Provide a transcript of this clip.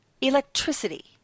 electricity